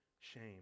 shame